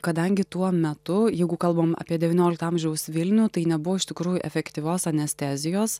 kadangi tuo metu jeigu kalbam apie devyniolikto amžiaus vilnių tai nebuvo iš tikrųjų efektyvios anestezijos